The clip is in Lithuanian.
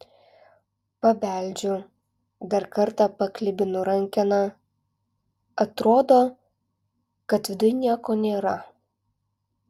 pabeldžiu dar kartą paklibinu rankeną atrodo kad viduj nieko nėra